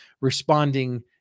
responding